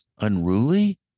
unruly